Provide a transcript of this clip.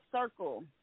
circle